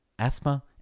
asthma